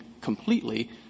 completely